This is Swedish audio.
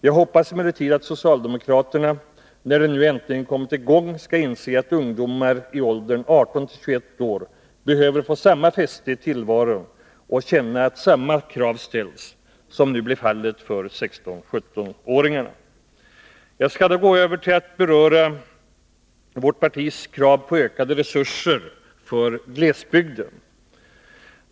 Jag hoppas emellertid att socialdemokraterna när de nu äntligen kommit i gång skall inse att ungdomar i åldern 18-21 år behöver få samma fäste i tillvaron och känna att samma krav ställs som nu blir fallet för 16—17 åringarna. Jag går nu över till att beröra vårt partis krav på ökade resurser för glesbygden.